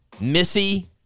Missy